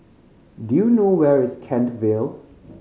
do you know where is Kent Vale